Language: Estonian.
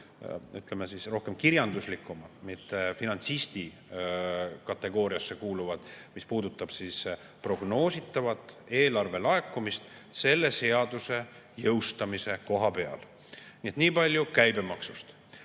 ütleme, rohkem nagu kirjanduslikud, mitte finantsisti kategooriasse kuuluvad, mis puudutab prognoositavat eelarvelaekumist selle seaduse jõustumisel. Nii palju käibemaksust.